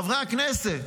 חברי הכנסת,